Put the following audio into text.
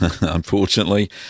unfortunately